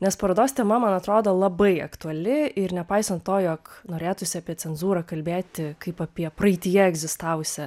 nes parodos tema man atrodo labai aktuali ir nepaisant to jog norėtųsi apie cenzūrą kalbėti kaip apie praeityje egzistavusią